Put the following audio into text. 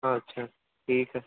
ہاں اچھا ٹھیک ہے